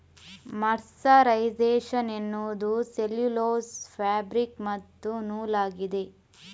mercerisation ಎನ್ನುವುದು cellulose fabric ಮತ್ತು ನೂಲಾಗಿದೆ